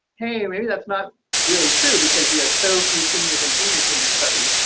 hey, maybe that's not really true, because you have so few seniors and juniors in your study.